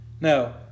Now